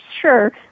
sure